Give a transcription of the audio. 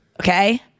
okay